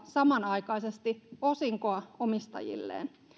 samanaikaisesti osinkoa omistajilleen